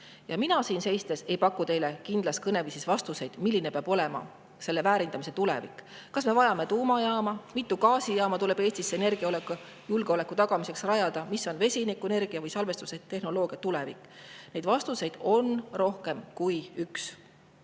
Mina siin seistes ei paku teile kindlas kõneviisis vastuseid, milline peab olema selle väärindamise tulevik. Kas me vajame tuumajaama? Mitu gaasijaama tuleb Eestisse energiajulgeoleku tagamiseks rajada? Mis on vesinikuenergia või salvestustehnoloogia tulevik? Vastuseid on rohkem kui üks.